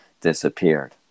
disappeared